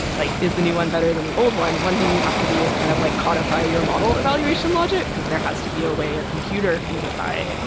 like is the new one better than the old one? one thing you have to do is kind of like codify your model evaluation logic, because there has to be a way a computer can decide,